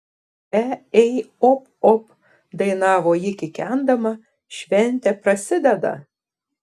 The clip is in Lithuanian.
e ei op op dainavo ji kikendama šventė prasideda